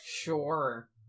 Sure